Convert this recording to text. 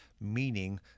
meaning